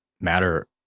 matter